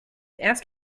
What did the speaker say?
erst